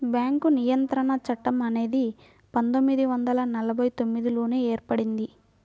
bank నియంత్రణ చట్టం అనేది పందొమ్మిది వందల నలభై తొమ్మిదిలోనే ఏర్పడింది